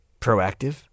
proactive